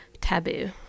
taboo